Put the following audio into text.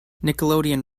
nickelodeon